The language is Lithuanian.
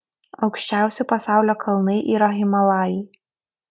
aukščiausi pasaulio kalnai yra himalajai